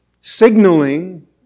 signaling